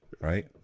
right